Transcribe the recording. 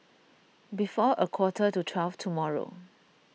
before a quarter to twelve tomorrow